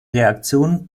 reaktionen